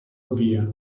via